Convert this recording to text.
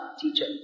teacher